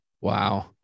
Wow